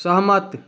सहमत